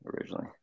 originally